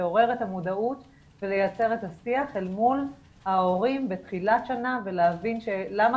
לעורר את המודעות ולייצר את השיח אל מול ההורים בתחילת שנה ולהבין למה